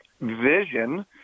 vision